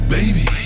Baby